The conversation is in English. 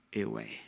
away